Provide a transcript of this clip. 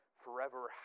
forever